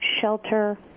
shelter